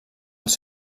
els